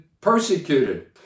persecuted